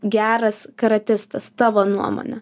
geras karatistas tavo nuomone